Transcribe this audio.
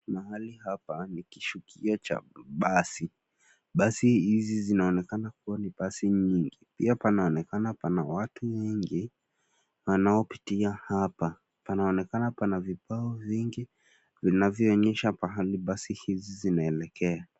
Mahali hapa ni kishukio cha basi. Basi hizi zinaonekana kua ni basi nyingi. Pia panaonekana pana watu nyingi wanaopitia hapa. Panaonekana pana vibao vingi vinavyoonyesha pahali basi hizi zinaelekea.